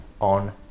on